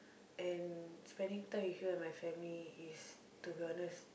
and spending time with you and my family is to be honest